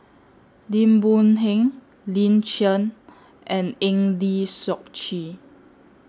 Lim Boon Heng Lin Chen and Eng Lee Seok Chee